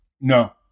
No